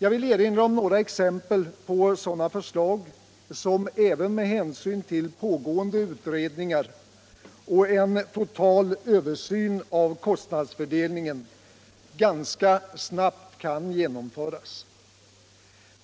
Jag vill erinra om några exempel på sådana förslag, som även med hänsyn till pågående utredningar och en total översyn av kostnadsfördelningen ganska snabbt kan genomföras.